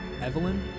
Evelyn